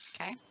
okay